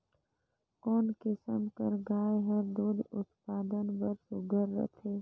कोन किसम कर गाय हर दूध उत्पादन बर सुघ्घर रथे?